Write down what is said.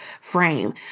frame